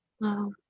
Wow